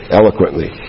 eloquently